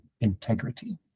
integrity